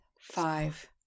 Five